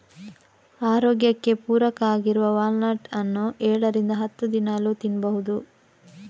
ಆರೋಗ್ಯಕ್ಕೆ ಪೂರಕ ಆಗಿರುವ ವಾಲ್ನಟ್ ಅನ್ನು ಏಳರಿಂದ ಹತ್ತು ದಿನಾಲೂ ತಿನ್ಬಹುದು